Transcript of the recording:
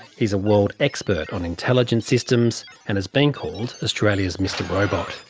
he's a world expert on intelligent systems and has been called australia's mr robot.